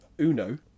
Uno